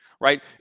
right